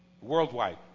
worldwide